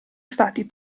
stati